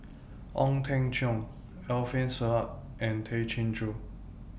Ong Teng Cheong Alfian Sa'at and Tay Chin Joo